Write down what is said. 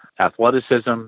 athleticism